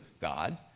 God